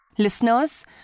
Listeners